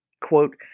quote